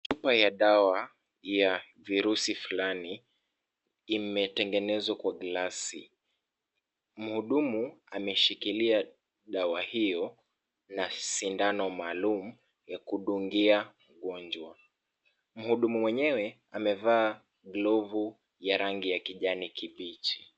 Chupa ya dawa ya virusi fulani imetengenezwa kwa glasi. Mhudumu ameshikilia dawa hiyo na sindano maalum ya kudungia mgonjwa. Mhudumu mwenyewe amevaa glovu ya rangi ya kijani kibichi.